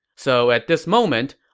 so at this moment,